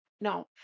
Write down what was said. no